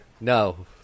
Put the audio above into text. No